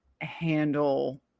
handle